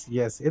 yes